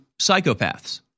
psychopaths